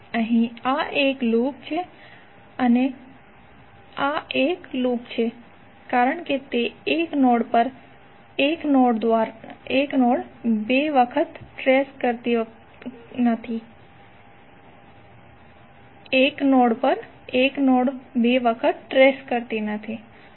અહીં આ એક લૂપ છે અને આ પણ એક લૂપ છે કારણ કે તે 1 નોડ પર 1 નોડ 2 વખત ટ્રેસીંગ કરતી નથી